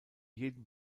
jeden